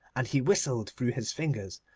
and he whistled through his fingers,